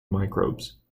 microbes